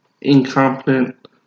incompetent